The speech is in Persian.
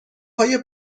های